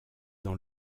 dans